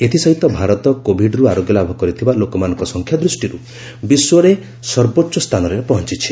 ଏଥିସହିତ ଭାରତ କୋଭିଡରୁ ଆରୋଗ୍ୟଲାଭ କରିଥିବା ଲୋକମାନଙ୍କ ସଂଖ୍ୟା ଦୃଷ୍ଟିରୁ ବିଶ୍ୱରେ ସର୍ବୋଚ୍ଚ ସ୍ଥାନରେ ପହଞ୍ଚୁଛି